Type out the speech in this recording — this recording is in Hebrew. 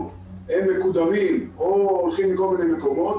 הם מקודמים או הולכים לכל מיני מקומות,